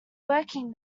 working